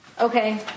Okay